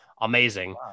Amazing